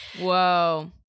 Whoa